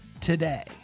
today